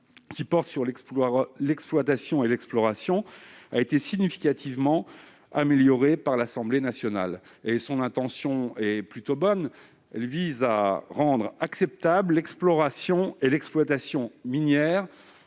qui porte sur l'exploration et l'exploitation. Il a été significativement amélioré par l'Assemblée nationale, dont l'intention est plutôt bonne : il s'agit de rendre acceptables l'exploration et l'exploitation minières